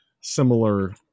similar